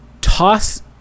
toss